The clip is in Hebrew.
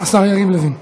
השר יריב לוין.